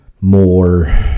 more